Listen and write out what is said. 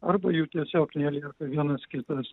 arba jų tiesiog nelieka vienas kitas